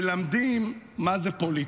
שמלמדים מה זו פוליטיקה: